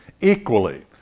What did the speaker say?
equally